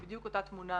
זו בדיוק אותה תמונה